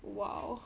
!wow!